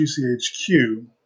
GCHQ